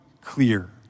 clear